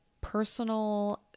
personal